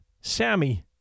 Sammy